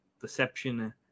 deception